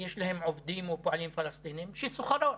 יש להם עובדים או פועלים פלסטינים, שסוחרות,